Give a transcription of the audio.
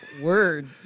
Word